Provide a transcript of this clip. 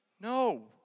No